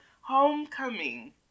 Homecoming